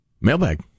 Mailbag